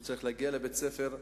הוא צריך להגיע לבית-הספר,